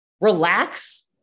relax